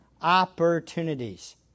opportunities